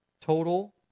total